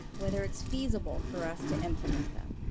whether it's feasible for us to implement them.